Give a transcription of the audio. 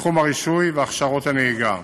בתחום הרישוי והכשרות הנהיגה.